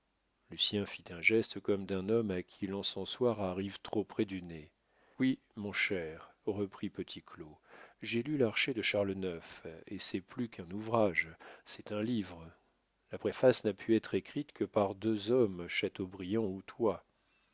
génie lucien fit un geste comme d'un homme à qui l'encensoir arrive trop près du nez oui mon cher reprit petit claud j'ai lu l'archer de charles ix et c'est plus qu'un ouvrage c'est un livre la préface n'a pu être écrite que par deux hommes chateaubriand ou toi